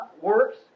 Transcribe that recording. works